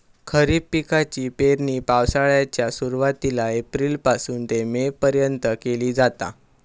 खरीप पिकाची पेरणी पावसाळ्याच्या सुरुवातीला एप्रिल पासून ते मे पर्यंत केली जाता